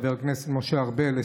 חבר הכנסת משה ארבל,